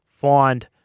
find